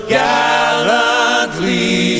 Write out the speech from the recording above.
gallantly